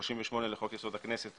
38 לחוק-יסוד: הכנסת,